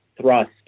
thrust